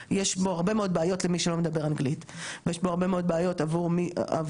ויש בו הרבה בעיות עבור מבקשי מקלט שיש להם הפקדות שונות ומגוונות.